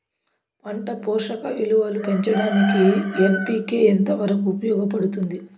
పంట పోషక విలువలు పెంచడానికి ఎన్.పి.కె ఎంత వరకు ఉపయోగపడుతుంది